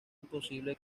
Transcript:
imposible